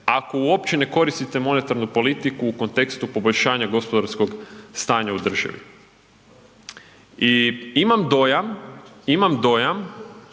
ako uopće ne koristite monetarnu politiku u kontekstu poboljšanja gospodarskog stanja u državi i imam dojam,